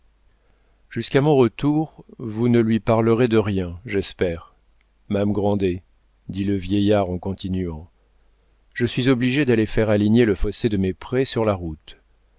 jusqu'à mon retour vous ne lui parlerez de rien j'espère m'ame grandet dit le vieillard en continuant je suis obligé d'aller faire aligner le fossé de mes prés sur la route